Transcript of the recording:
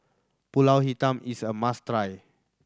Pulut Hitam is a must try